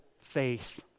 faith